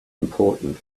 important